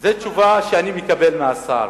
זו תשובה שאני מקבל מהשר.